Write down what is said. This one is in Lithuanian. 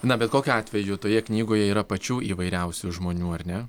na bet kokiu atveju toje knygoje yra pačių įvairiausių žmonių ar ne